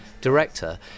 director